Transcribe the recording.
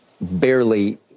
barely